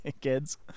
kids